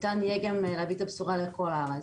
ניתן יהיה גם להביא את הבשורה לכל הארץ.